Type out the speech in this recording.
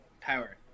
power